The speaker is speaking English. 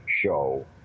show